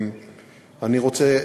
אני רוצה,